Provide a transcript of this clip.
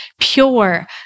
pure